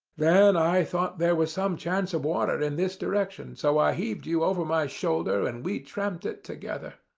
then i thought there was some chance of water in this direction, so i heaved you over my shoulder and we tramped it together.